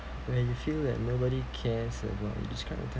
when you feel that nobody cares about you describe a time